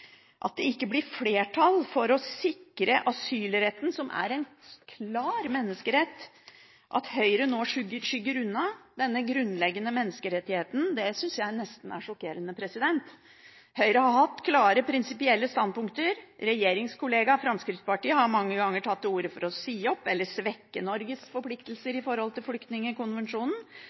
At det ikke blir flertall for å sikre asylretten, som er en klar menneskerett, at Høyre nå skygger unna denne grunnleggende menneskerettigheten, synes jeg nesten er sjokkerende. Høyre har hatt klare, prinsipielle standpunkter. Regjeringskollega Fremskrittspartiet har mange ganger tatt til orde for å si opp eller svekke Norges forpliktelser når det gjelder Flyktningkonvensjonen. Derfor blir det ekstra kritisk at disse to partiene i